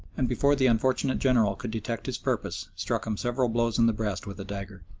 and before the unfortunate general could detect his purpose, struck him several blows in the breast with a dagger.